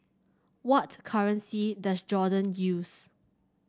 what currency does Jordan use